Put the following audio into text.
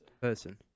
person